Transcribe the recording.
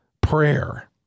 prayer